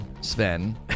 sven